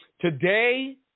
Today